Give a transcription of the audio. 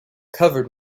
covered